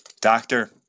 Doctor